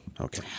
okay